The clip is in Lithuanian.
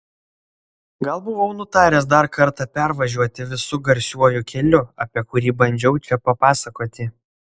gal buvau nutaręs dar kartą pervažiuoti visu garsiuoju keliu apie kurį bandžiau čia papasakoti